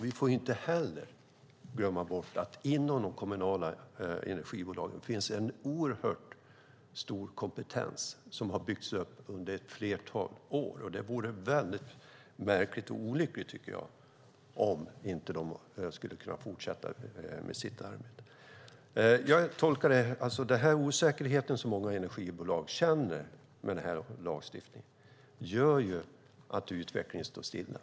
Vi får inte heller glömma bort att det inom de kommunala energibolagen finns en oerhört stor kompetens som har byggts upp under ett flertal år. Det vore märkligt och olyckligt om de inte skulle kunna fortsätta med sitt arbete. Den osäkerhet som många energibolag känner med lagstiftningen gör att utvecklingen står stilla.